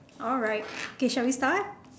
alright shall we start